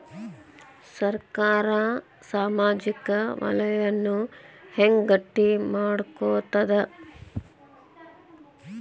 ಸರ್ಕಾರಾ ಸಾಮಾಜಿಕ ವಲಯನ್ನ ಹೆಂಗ್ ಗಟ್ಟಿ ಮಾಡ್ಕೋತದ?